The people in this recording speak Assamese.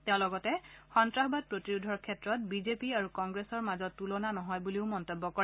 তেওঁ লগতে সন্তাসবাদ প্ৰতিৰোধৰ ক্ষেত্ৰত বিজেপি আৰু কংগ্ৰেছৰ মাজত তুলনা নহয় বুলিও মন্তব্য কৰে